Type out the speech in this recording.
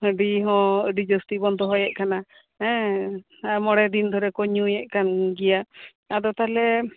ᱦᱟᱺᱰᱤ ᱦᱚᱸ ᱟᱹᱰᱤ ᱡᱟᱹᱥᱛᱤ ᱵᱚᱱ ᱫᱚᱦᱚᱭᱮᱫ ᱠᱟᱱᱟ ᱦᱮᱸ ᱢᱚᱬᱮ ᱫᱤᱱ ᱫᱷᱚᱨᱮ ᱠᱚ ᱧᱩᱭᱮᱫ ᱠᱟᱱ ᱜᱮᱭᱟ ᱟᱫᱚ ᱛᱟᱞᱦᱮ